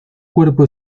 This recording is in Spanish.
cuerpo